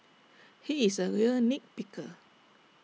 he is A real nit picker